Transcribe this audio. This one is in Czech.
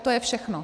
To je všechno.